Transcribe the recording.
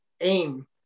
aim